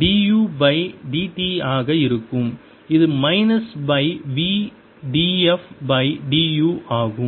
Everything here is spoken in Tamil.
du பை dt ஆக இருக்கும் இது minus by v df by du ஆகும்